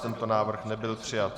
Tento návrh nebyl přijat.